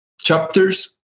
chapters